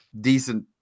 decent